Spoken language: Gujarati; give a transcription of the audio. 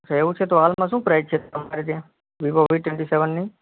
અચ્છા એવું છે તો હાલમાં શું પ્રાઈસ છે તમારે ત્યાં વિવો વી ટ્વેંટી સેવનની